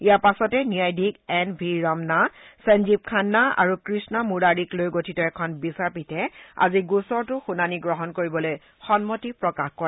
ইয়াৰ পাছতে ন্যায়াধীশ N V Ramana Sanjiv Khanna আৰু কৃষ্ণা মুৰাৰীক লৈ গঠিত এখন বিচাৰপীঠে আজি গোচৰটোৰ শুনানী গ্ৰহণ কৰিবলৈ সন্মতি প্ৰকাশ কৰে